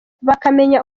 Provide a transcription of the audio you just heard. bakamenya